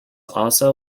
also